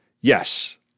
Yes